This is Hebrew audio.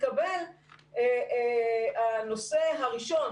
התקבל הנושא הראשון,